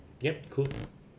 mm